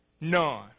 None